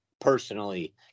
personally